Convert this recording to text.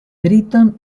brighton